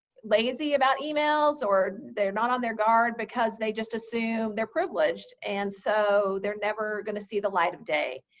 lazy about emails or they're not on their guard because they just assume they're privileged. and so, they're never going to see the light of day.